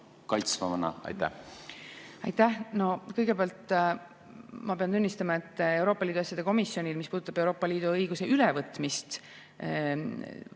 kõigepealt ma pean tunnistama, et Euroopa Liidu asjade komisjonil, mis puudutab Euroopa Liidu õiguse ülevõtmist, väga